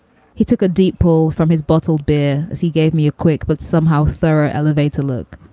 he took a deep pull from his bottled beer as he gave me a quick but somehow thorough elevator look,